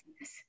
yes